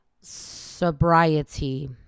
sobriety